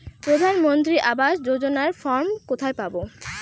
প্রধান মন্ত্রী আবাস যোজনার ফর্ম কোথায় পাব?